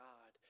God